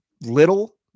little